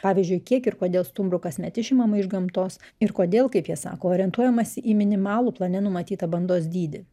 pavyzdžiui kiek ir kodėl stumbrų kasmet išimama iš gamtos ir kodėl kaip jie sako orientuojamasi į minimalų plane numatytą bandos dydį